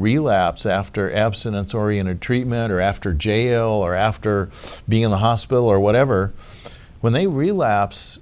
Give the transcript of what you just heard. relapse after abstinence oriented treatment or after jail or after being in the hospital or whatever when they relapse